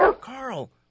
Carl